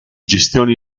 gestione